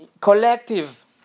collective